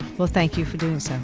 well, thank you for doing so